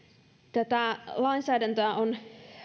tätä lainsäädäntöä on